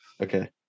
Okay